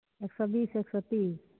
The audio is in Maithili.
एक सए बीस एक सए तीस